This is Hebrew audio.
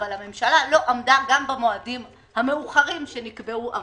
אבל הממשלה לא עמדה גם במועדים המאוחרים שנקבעו עבורה.